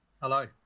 hello